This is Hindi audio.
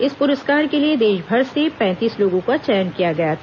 इस पुरस्कार के लिए देशभर से पैंतीस लोगों का चयन किया गया था